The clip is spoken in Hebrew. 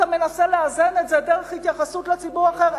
מנסה לאזן את זה דרך התייחסות לציבור אחר.